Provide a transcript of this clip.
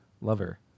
Lover